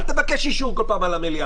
לא,